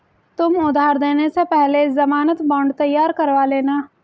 तुम उधार देने से पहले ज़मानत बॉन्ड तैयार करवा लेना